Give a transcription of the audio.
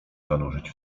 zanurzyć